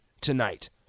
tonight